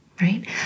Right